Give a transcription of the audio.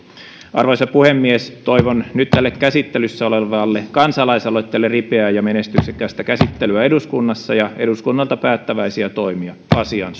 arvoisa puhemies toivon nyt tälle käsittelyssä olevalle kansalaisaloitteelle ripeää ja menestyksekästä käsittelyä eduskunnassa ja eduskunnalta päättäväisiä toimia asian